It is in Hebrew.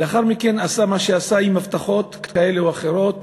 לאחר מכן עשה מה שעשה עם הבטחות כאלה או אחרות